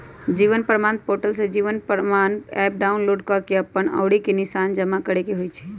जीवन प्रमाण पोर्टल से Jeevan Pramaan app download कऽ के अप्पन अँउरी के निशान जमा करेके होइ छइ